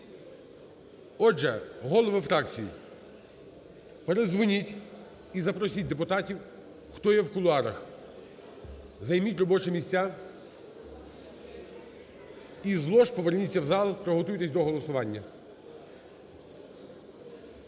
Отже, голови фракцій, передзвоніть і запросіть депутатів, хто є в кулуарах. Займіть робочі місця і з лож поверніться в зал, приготуйтесь до голосування.